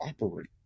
operate